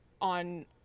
on